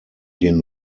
den